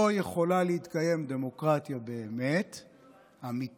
לא יכולה להתקיים דמוקרטיה אמיתית